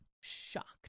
shocked